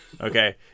Okay